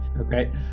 okay